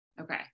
Okay